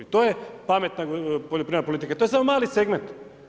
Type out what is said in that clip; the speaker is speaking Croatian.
To je pametna poljoprivredna politika, to je samo mali segment.